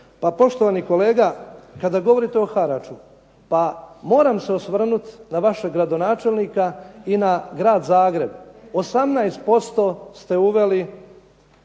Pa poštovani kolega, kada govorite o haraču pa moram se osvrnuti na vašeg gradonačelnika i na grad Zagreb. 18% ste uveli